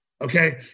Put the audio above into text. Okay